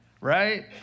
right